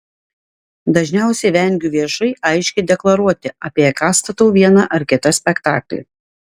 dažniausiai vengiu viešai aiškiai deklaruoti apie ką statau vieną ar kitą spektaklį